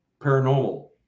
paranormal